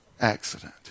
accident